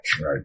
Right